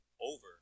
over